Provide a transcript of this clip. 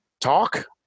talk